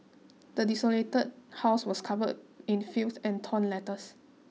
the desolated house was covered in filth and torn letters